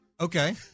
Okay